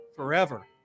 forever